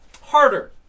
harder